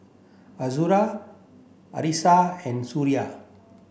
Azura Arissa and Suria